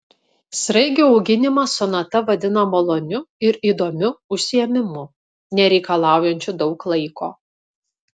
sraigių auginimą sonata vadina maloniu ir įdomiu užsiėmimu nereikalaujančiu daug laiko